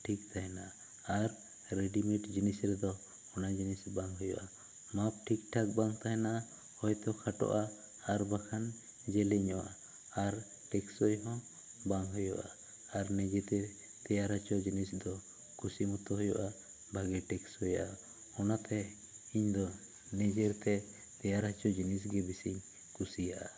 ᱴᱷᱤᱠ ᱛᱟᱦᱮᱱᱟ ᱟᱨ ᱨᱮᱰᱤᱢᱮᱰ ᱢᱤᱱᱤ ᱨᱮᱫᱚ ᱚᱱᱟ ᱡᱤᱱᱤᱥ ᱵᱟᱝ ᱦᱩᱭᱩᱜᱼᱟ ᱢᱟᱯ ᱴᱷᱤᱠ ᱴᱷᱟᱠ ᱵᱟᱝ ᱛᱟᱦᱮᱱᱟ ᱦᱚᱭ ᱛᱚ ᱠᱷᱟᱴᱚᱜᱼᱟ ᱟᱨ ᱵᱟᱝᱠᱷᱟᱱ ᱡᱤᱞᱤᱧᱚᱜᱼᱟ ᱟᱨ ᱴᱷᱤᱠ ᱥᱚᱭ ᱦᱚᱸ ᱵᱟᱝ ᱦᱩᱭᱩᱜᱼᱟ ᱟᱨ ᱱᱤᱡᱮ ᱛᱮ ᱛᱮᱭᱟᱨ ᱚᱪᱚ ᱡᱤᱱᱤᱥ ᱫᱚ ᱠᱩᱥᱤ ᱢᱚᱛᱚ ᱦᱩᱭᱩᱜᱼᱟ ᱵᱷᱟᱜᱮ ᱴᱷᱤᱠ ᱦᱩᱭᱩᱜᱼᱟ ᱚᱱᱟᱛᱮ ᱤᱧ ᱫᱚ ᱱᱤᱡᱮ ᱛᱮ ᱛᱮᱭᱟᱨ ᱚᱪᱚ ᱡᱤᱱᱤᱥ ᱜᱮ ᱵᱮᱥᱤ ᱤᱧ ᱠᱩᱥᱤᱭᱟᱜᱼᱟ